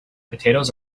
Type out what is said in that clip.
potatoes